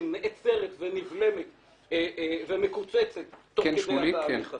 נעצרת ונבלמת ומקוצצת תוך כדי התהליך הזה.